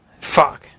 Fuck